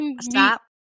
stop